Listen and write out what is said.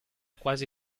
quasi